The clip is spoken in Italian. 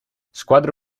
squadra